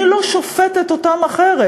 אני לא שופטת אותם אחרת.